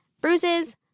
bruises